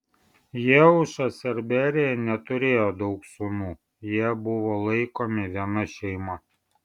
jeušas ir berija neturėjo daug sūnų jie buvo laikomi viena šeima